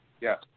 yes